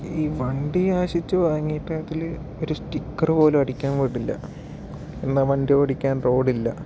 ഈ വണ്ടി ആശിച്ച് വാങ്ങിയിട്ട് അതിൽ ഒരു സ്റ്റിക്കർ പോലും അടിയ്ക്കാൻ വിടില്ല എന്നാൽ വണ്ടി ഓടിയ്ക്കാൻ റോഡില്ല